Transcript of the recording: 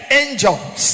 angels